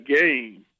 game